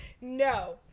No